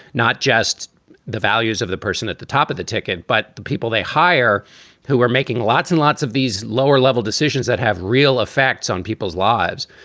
not just the values of the person at the top of the ticket, but the people they hire who are making lots and lots of these lower level decisions that have real effects on people's lives.